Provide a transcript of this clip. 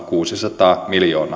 kuusisataa miljoonaa euroa